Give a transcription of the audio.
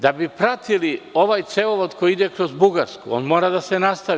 Da bi pratili ovaj cevovod koji ide kroz Bugarsku, on mora da se nastavi.